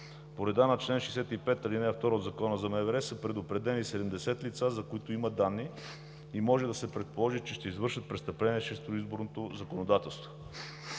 По реда на чл. 65, ал. 2 от Закона за МВР са предупредени 70 лица, за които има данни и може да се предположи, че ще извършат престъпления срещу изборното законодателство.